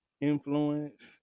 influence